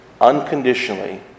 unconditionally